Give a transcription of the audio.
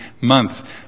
month